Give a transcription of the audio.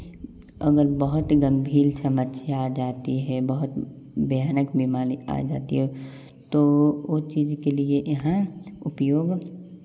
अगर बहुत गंभीर समस्या आ जाती है बहुत भयानक बीमारी आ जाती है तो वह चीज़ के लिए यहाँ उपयोग